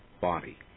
body